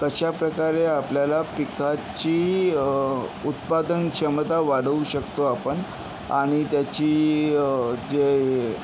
कशाप्रकारे आपल्याला पिकाची उत्पादन क्षमता वाढवू शकतो आपण आणि त्याची जे